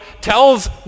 tells